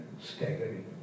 staggering